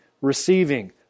receiving